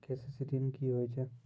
KCC ॠन की होय छै?